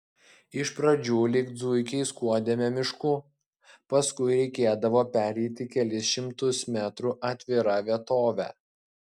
iš pradžių lyg zuikiai skuodėme mišku paskui reikėdavo pereiti kelis šimtus metrų atvira vietove